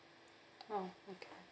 oh okay